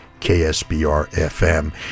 KSBR-FM